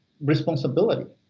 responsibility